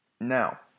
Now